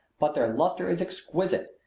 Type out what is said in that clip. but their luster is exquisite.